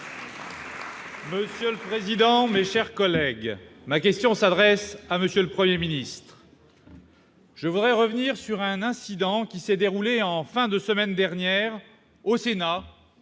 Monsieur le président, mes chers collègues, ma question s'adresse à M. le Premier ministre. Je voudrais revenir sur un incident ayant eu lieu à la fin de la semaine dernière au Sénat-